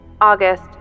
August